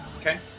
Okay